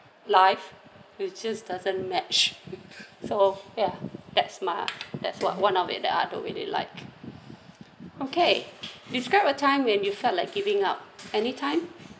life will just doesn't match so ya that's my that's what one of it the other way they like okay describe a time when you felt like giving up anytime